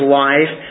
life